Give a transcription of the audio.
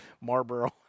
Marlboro